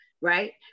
right